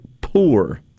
poor